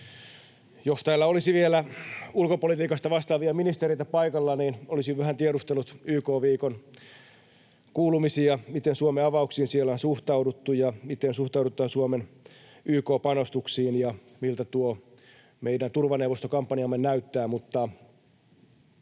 Jos täällä olisi ollut vielä ulkopolitiikasta vastaavia ministereitä paikalla, niin olisin vähän tiedustellut YK-viikon kuulumisia, miten Suomen avauksiin siellä on suhtauduttu, miten suhtaudutaan Suomen YK-panostuksiin ja miltä tuo meidän turvaneuvostokampanjamme näyttää.